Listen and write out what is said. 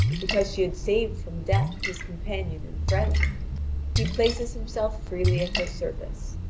because she had saved from death his companion and friend he places himself freely at her service.